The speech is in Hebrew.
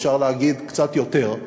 אפשר להגיד קצת יותר.